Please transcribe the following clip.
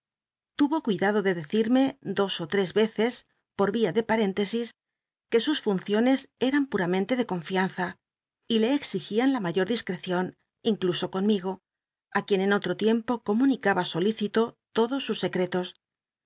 tuyo cuidado de decirme do ó tre eres por yí l de paéntesit qne sus funciones emn puramcnte de confianza y le exigían la mayor discrecion incluso conmigo quien en oh'o tiempo comunicaba solícito todos sus scc